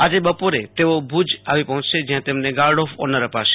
આજે બપોરે તેઓ ભુજ આવી પહોંચશે જ્યાં તેમને ગાર્ડ ઓફ ઓનર અપાશે